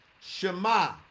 Shema